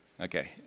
Okay